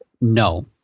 No